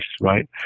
right